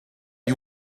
you